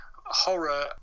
horror